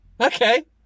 okay